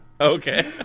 okay